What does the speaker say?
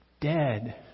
dead